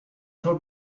told